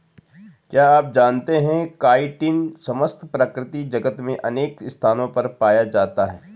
क्या आप जानते है काइटिन समस्त प्रकृति जगत में अनेक स्थानों पर पाया जाता है?